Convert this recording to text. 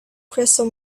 crystal